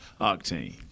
octane